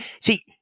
See